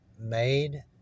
made